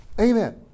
Amen